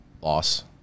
Loss